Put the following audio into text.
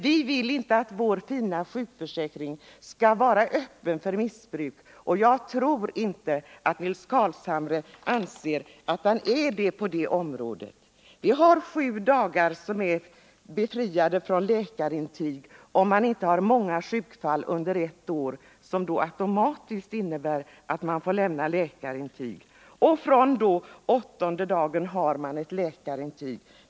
Vi vill inte att vår fina sjukförsäkring skall vara öppen för missbruk. Jag tror inte heller att Nils Carlshamre anser att den är det. Man kan vara sjukskriven sju dagar i följd utan läkarintyg, såvida inte det upprepas många gånger under ett år. Men från åttonde dagen måste man lämna ett läkarintyg.